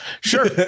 Sure